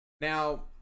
now